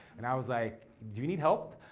and i was like, do you need help?